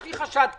יש לי חשד כזה.